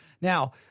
Now